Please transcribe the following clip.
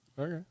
Okay